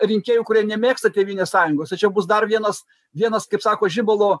rinkėjų kurie nemėgsta tėvynės sąjungos tai čia bus dar vienas vienas kaip sako žibalo